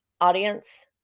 audience